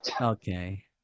okay